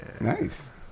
Nice